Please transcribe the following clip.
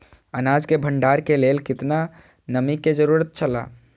अनाज के भण्डार के लेल केतना नमि के जरूरत छला?